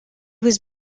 was